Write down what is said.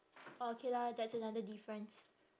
orh okay lah that's another difference